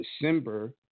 December